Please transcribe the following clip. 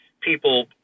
people